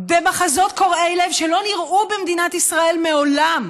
במחזות קורעי לב שלא נראו במדינת ישראל מעולם,